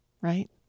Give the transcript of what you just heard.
right